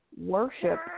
worship